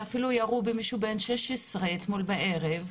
ואפילו ירו במישהו בן 16 אתמול בערב.